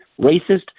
racist